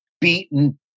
beaten